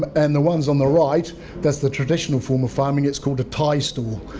and the ones on the right that's the traditional form of farming it's called a tie-stall.